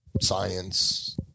science